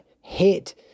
hit